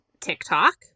TikTok